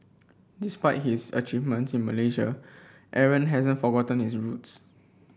despite his achievements in Malaysia Aaron hasn't forgotten his roots